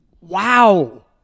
Wow